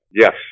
yes